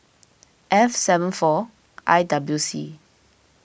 F seven four I W C